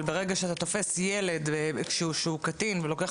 אבל ברגע שאתה תופס ילד שהוא קטין ולוקח